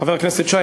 חבר הכנסת שי,